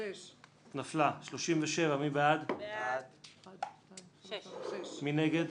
הצבעה בעד הרביזיה על סעיף 35 6 נגד,